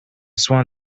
swan